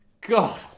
God